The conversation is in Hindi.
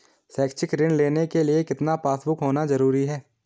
शैक्षिक ऋण लेने के लिए कितना पासबुक होना जरूरी है?